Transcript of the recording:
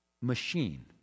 machine